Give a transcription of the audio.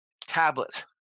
tablet